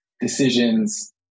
decisions